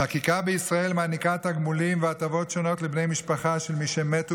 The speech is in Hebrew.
החקיקה בישראל מעניקה תגמולים והטבות שונות לבני משפחה של מי שמתו